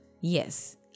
yes